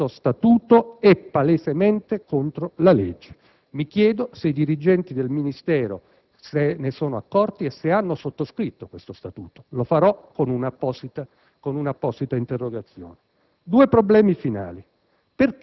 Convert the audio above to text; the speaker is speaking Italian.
Questo statuto è palesemente contro la legge. Mi chiedo se i dirigenti del Ministero se ne sono accorti e se hanno o meno sottoscritto questo statuto. Lo chiarirò con un'apposita interrogazione. Due problemi finali.